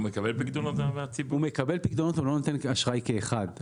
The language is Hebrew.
הוא מקבל פיקדונות, אבל הוא לא נותן אשראי כאחד.